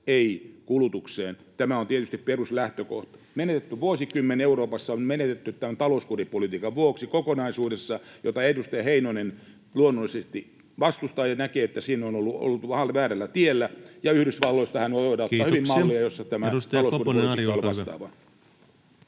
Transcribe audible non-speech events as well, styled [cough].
ei kulutukseen. Tämä on tietysti peruslähtökohta. Menetetty vuosikymmen Euroopassa on menetetty tämän talouskuripolitiikan vuoksi kokonaisuudessaan — jota edustaja Heinonen luonnollisesti vastustaa ja näkee, että siinä on oltu väärällä tiellä. Ja Yhdysvalloistahan [noise] voidaan ottaa